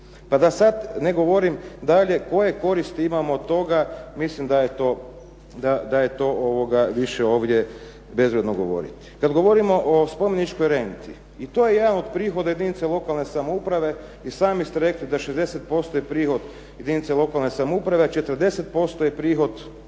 Pa da sad ne govorim dalje koje koristi imamo od toga, mislim da je to više ovdje bezvrijedno govoriti. Kad govorimo o spomeničkoj renti, i to je jedan od prihoda jedinica lokalne samouprave. I sami ste rekli da 60% je prihod jedinica lokalne samouprave, a 40% je prihod države.